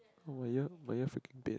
oh my ear my ear freaking pain